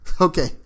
Okay